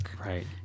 Right